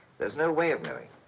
there's no way of knowing.